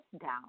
down